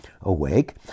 Awake